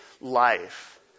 life